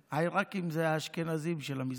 העיראקים זה האשכנזים של המזרחים,